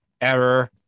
Error